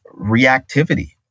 reactivity